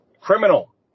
criminal